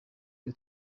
byo